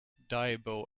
diabo